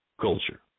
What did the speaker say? culture